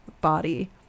body